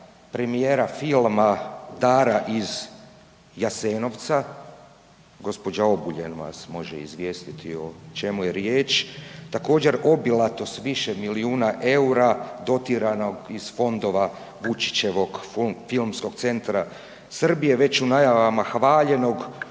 premijera filma Dara iz Jasenovca, gospođa Obuljen vas može izvijestiti o čemu je riječ također obilatost više milijuna eura dotjeranog iz fondova Vučićevog Filmskog centra Srbije već u najavama hvaljenog